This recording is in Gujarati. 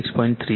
3 છે